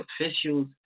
officials